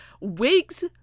Wigs